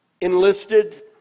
enlisted